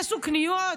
יעשו קניות,